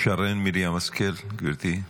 שרן מרים השכל, גברתי,